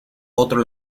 otro